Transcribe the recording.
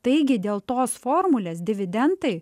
taigi dėl tos formulės dividendai